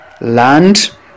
land